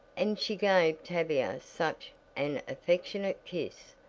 and she gave tavia such an affectionate kiss,